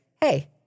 hey